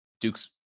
Duke's